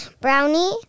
Brownie